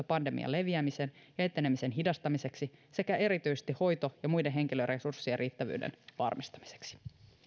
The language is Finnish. pandemian leviämisen ja etenemisen hidastamiseksi sekä erityisesti hoito ja muiden henkilöresurssien riittävyyden varmistamiseksi